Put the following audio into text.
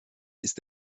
ist